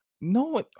No